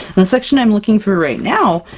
the section i'm looking for right now,